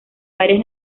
varias